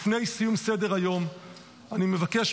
לפני סיום סדר-היום אני מבקש,